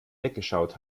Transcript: weggeschaut